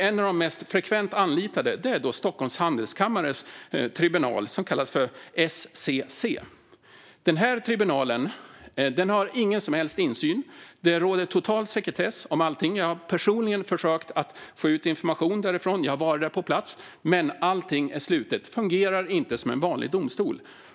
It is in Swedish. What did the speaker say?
En av de mest frekvent anlitade är Stockholms Handelskammares tribunal, som kallas SCC. Där finns ingen som helst insyn, utan det råder total sekretess om allting. Jag har personligen försökt få ut information därifrån, och jag har varit där på plats, men allting är slutet. Det fungerar inte som en vanlig domstol.